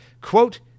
Quote